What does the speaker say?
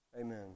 Amen